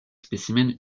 spécimen